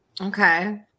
Okay